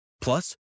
Plus